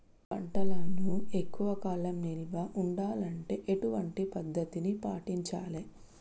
పంటలను ఎక్కువ కాలం నిల్వ ఉండాలంటే ఎటువంటి పద్ధతిని పాటించాలే?